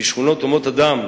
"בשכונות הומות אדם,